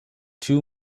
two